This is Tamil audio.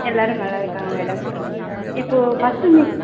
எல்லோரும் நல்லா இருக்காங்க மேடம் இப்போது ஃபஸ்ட்டு மிட்